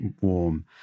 warm